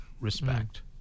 respect